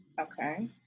Okay